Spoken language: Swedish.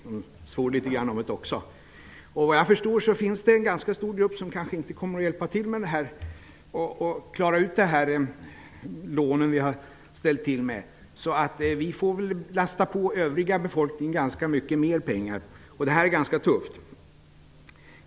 De svor litet grand om det också. Såvitt jag förstår finns det en ganska stor grupp som kanske inte kommer att hjälpa till med att klara av de lån vi har ställt till med. Vi får lasta på övriga människor ganska mycket mer pengar. Det är rätt tufft.